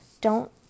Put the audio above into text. Don't